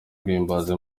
guhimbaza